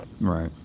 right